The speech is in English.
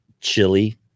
chili